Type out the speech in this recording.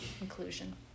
inclusion